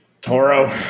Toro